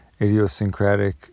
idiosyncratic